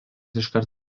iškart